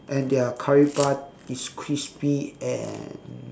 and their curry puff is crispy and